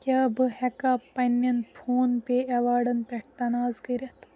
کیٛاہ بہٕ ہٮ۪کا پنٛنٮ۪ن فون پے اٮ۪واڈَن پٮ۪ٹھ تنازعہٕ کٔرِتھ